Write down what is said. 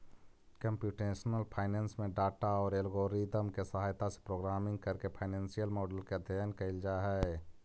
computational finance में data औउर algorithm के सहायता से प्रोग्रामिंग करके फाइनेंसियल मॉडल के अध्ययन कईल जा हई